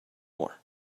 more